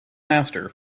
master